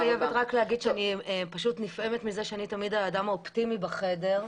אני חייבת להגיד שאני פשוט נפעמת מזה שאני תמיד האדם האופטימי בחדר.